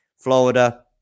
Florida